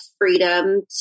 freedom